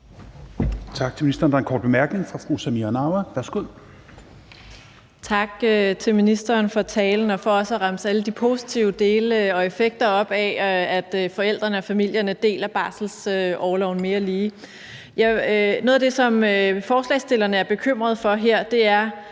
Tak til ministeren for talen og for også at opremse alle de positive dele ved og effekter af, at forældrene og familierne deler barselsorloven mere lige. Noget af det, som forslagsstillerne er bekymrede for her, er,